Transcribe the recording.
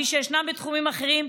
וכפי שישנם בתחומים אחרים,